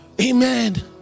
Amen